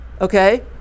Okay